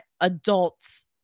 adults